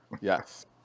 Yes